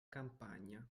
campagna